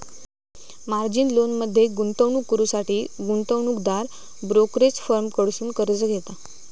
margin लोनमध्ये गुंतवणूक करुसाठी गुंतवणूकदार ब्रोकरेज फर्म कडसुन कर्ज घेता